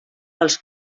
als